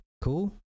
Cool